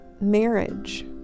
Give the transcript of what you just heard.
marriage